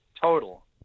total